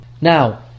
Now